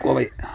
Kovai